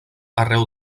arreu